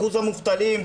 אחוז המובטלים,